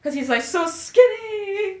cause he's like so skinny